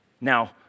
Now